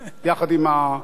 יחד עם הספורט.